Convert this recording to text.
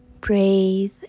Breathe